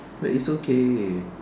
but it's okay